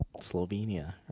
Slovenia